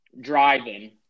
driving –